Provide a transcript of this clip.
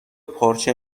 پارچه